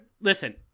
Listen